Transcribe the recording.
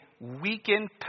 weakened